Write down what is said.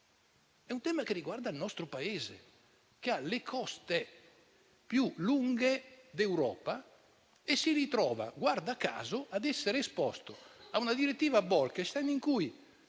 è un tema che riguarda il nostro Paese, che ha le coste più lunghe d'Europa e si ritrova - guarda caso - ad essere esposto alla direttiva Bolkestein, anche